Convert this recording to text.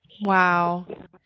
Wow